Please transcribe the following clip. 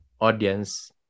audience